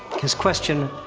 his question,